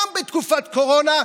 גם בתקופת קורונה,